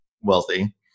wealthy